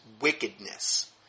wickedness